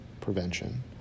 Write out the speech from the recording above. prevention